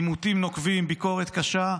עימותים נוקבים, ביקורת קשה.